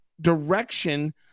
direction